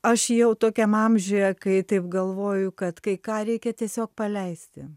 aš jau tokiam amžiuje kai taip galvoju kad kai ką reikia tiesiog paleisti